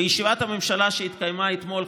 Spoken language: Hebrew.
בישיבת הממשלה שהתקיימה אתמול,